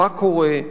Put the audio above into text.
מה קורה,